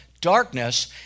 darkness